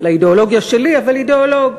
לאידיאולוגיה שלי אבל אידיאולוג.